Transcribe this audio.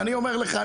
אני אומר לך,